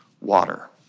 water